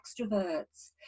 extroverts